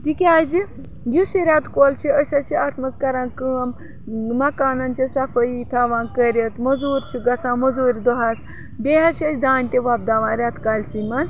تِکیٛازِ یُس یہِ رٮ۪تہٕ کول چھِ أسۍ حظ چھِ اَتھ منٛز کَران کٲم مکانَن چھِ صفٲیی تھاوان کٔرِتھ موٚزوٗر چھُ گَژھان موٚزوٗرۍ دۄہَس بیٚیہِ حظ چھِ أسۍ دانہِ تہِ وۄپداوان رٮ۪تہٕ کالہِ سٕے منٛز